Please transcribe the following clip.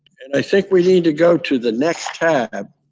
and i think we need to go to the next tab.